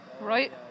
Right